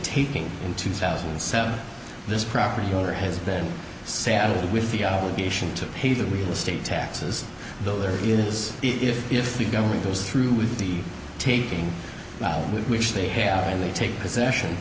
taking in two thousand and seven this property owner has been saddled with the obligation to pay the real estate taxes though there it is if if the government goes through with the taking which they have and they take possession